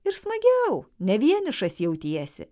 ir smagiau ne vienišas jautiesi